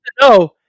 No